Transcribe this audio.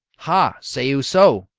ha! say you so?